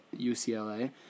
UCLA